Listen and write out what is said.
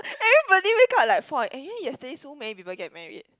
everybody wake up like four and anyway yesterday so many people get married